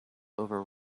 over